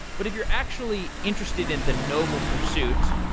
but if you're actually interested in the noble pursuit,